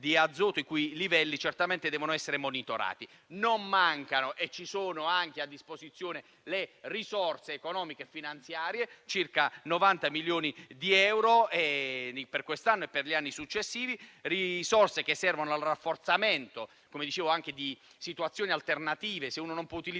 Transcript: di azoto, i cui livelli certamente devono essere monitorati. Non mancano - e sono anche a disposizione - le risorse economiche e finanziarie, pari a circa 90 milioni di euro per quest'anno e per gli anni successivi. Tali risorse servono al rafforzamento anche di soluzioni alternative di trasporto: se uno non può utilizzare